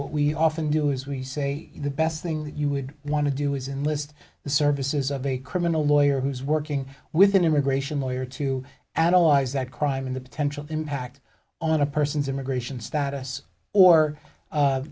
what we often do is we say the best thing that you would want to do is and list the services of a criminal lawyer who's working with an immigration lawyer to analyze that crime and the potential impact on a person's immigration status